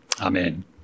Amen